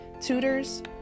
tutors